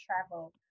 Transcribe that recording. travel